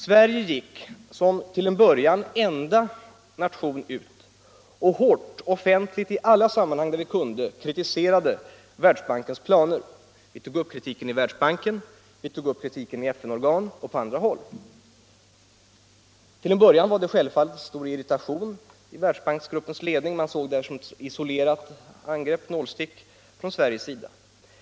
Sverige kritiserade, till en början som enda nation, hårt — offentligt och i alla sammanhang där vi kunde —- Världsbankens planer. Vi tog upp kritiken i Världsbanken, i FN-organ och på andra håll. Till en början var det självfallet stor irritation i Världsbanksgruppens ledning. Man såg detta som ett isolerat angrepp, ett nålstick, från Sveriges sida.